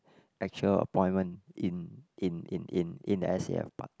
actual appointment in in in in in the s_a_f part